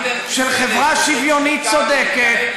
של חברה שוויונית צודקת,